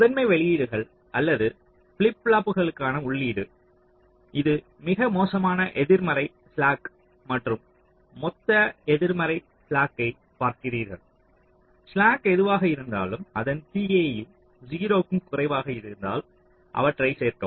முதன்மை வெளியீடுகள் அல்லது ஃபிளிப் ஃப்ளாப்புகளுக்கான உள்ளீடு இது மிக மோசமான எதிர்மறை ஸ்லாக் மற்றும் மொத்த எதிர்மறை ஸ்லாக்கை பார்க்கிறீர்கள் ஸ்லாக் எதுவாக இருந்தாலும் அதன் tau 0 க்கும் குறைவாக இருந்தால் அவற்றைச் சேர்க்கவும்